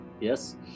yes